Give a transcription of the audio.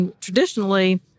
traditionally